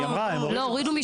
הורידו.